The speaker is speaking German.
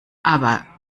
aber